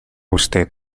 usted